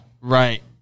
Right